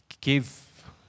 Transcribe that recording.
give